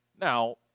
Now